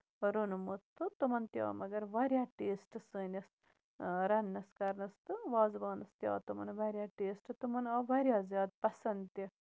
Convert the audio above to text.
روٚنمُت تہٕ تِمَن تہِ مَگر واریاہ ٹیسٹ سٲنِس رَنٕنس کرنَس تہٕ وازوانَس تہِ آو تِمَن واریاہ ٹیسٹ تِمَن آو واریاہ زیادٕ پَسند تہِ